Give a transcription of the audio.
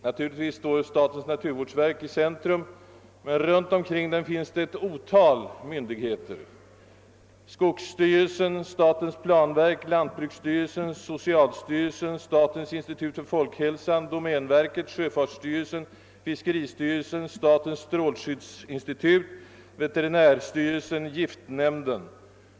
Naturligtvis står statens naturvårdsverk i centrum, men runt omkring detta finns det ett antal myndigheter: skogsstyrelsen, statens planverk, lantbruksstyrelsen, socialstyrelsen, statens institut för folkhälsan, domänver ket, sjöfartsstyrelsen, fiskeristyrelsen, statens strålskyddsinstitut, veterinärstyrelsen och giftnämnden.